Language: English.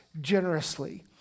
generously